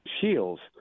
shields